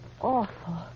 awful